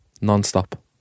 Non-stop